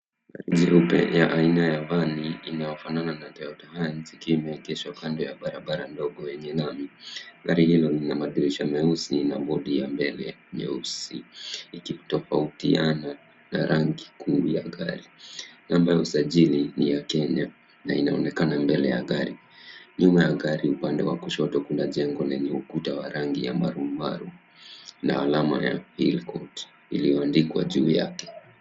Gari jeupe la aina ya vani inayofanana na Toyota Hiace ikiwa imeegeshwa kando ya barabara ndogo yenye lami. Gari hilo lina madirisha meusi na bodi ya mbele nyeusi ikitofautiana na rangi kuu ya gari. Namba ya usajili ni ya Kenya na inaonekana mbele ya gari. Nyuma ya gari upande wa kushoto kuna jengo lenye ukuta la rangi ya marumaru na alama ya Hill court iliyoandikwa juu yake.